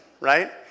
right